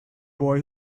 boy